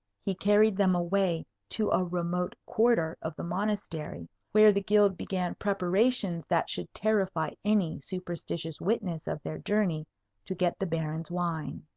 he carried them away to a remote quarter of the monastery, where the guild began preparations that should terrify any superstitious witness of their journey to get the baron's wine.